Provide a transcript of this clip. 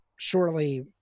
surely